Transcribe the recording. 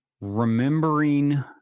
remembering